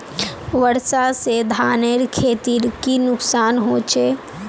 वर्षा से धानेर खेतीर की नुकसान होचे?